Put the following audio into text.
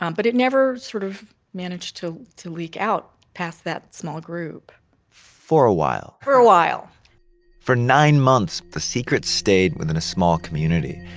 um but it never sort of managed to to leak out past that small group for a while for a while for nine months, the secret stayed within a small community.